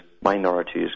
minorities